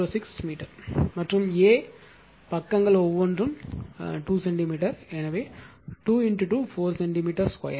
06 metre மற்றும் A பக்கங்கள் ஒவ்வொன்றும் 2 சென்டிமீட்டர் 2 2 4 சென்டிமீட்டர் ஸ்கொயர்